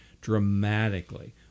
dramatically